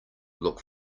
look